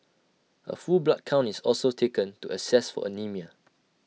A full blood count is also taken to assess for anaemia